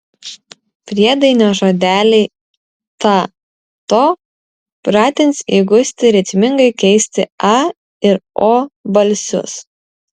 priedainio žodeliai ta to pratins įgusti ritmingai keisti a ir o balsius